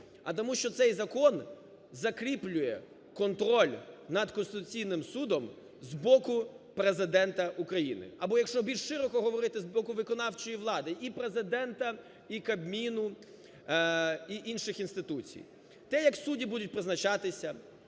А тому, що цей закон закріплює контроль над Конституційний Судом з боку Президента України, або якщо більш широко говорити, з боку виконавчої влади – і Президента, і Кабміну, і інших інституцій. Те, як судді будуть призначатися,